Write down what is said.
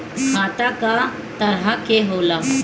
खाता क तरह के होला?